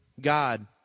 God